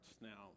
now